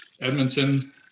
Edmonton